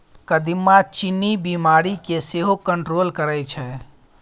कदीमा चीन्नी बीमारी केँ सेहो कंट्रोल करय छै